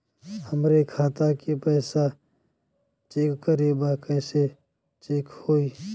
हमरे खाता के पैसा चेक करें बा कैसे चेक होई?